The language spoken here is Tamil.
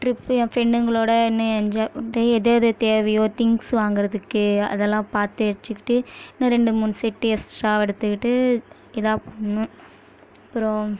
டிரிப்பு என் ஃப்ரெண்டுங்களோடு இன்னும் என்ஜாய் பண்ணிட்டு எததெது தேவையோ திங்க்ஸ் வாங்கிறதுக்கு அதெல்லாம் பார்த்து வெச்சுக்கிட்டு இன்னும் ரெண்டு மூணு செட்டு எக்ஸ்ட்ரா எடுத்துக்கிட்டு எதாவது ஒன்று அப்புறம்